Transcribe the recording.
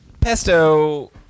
pesto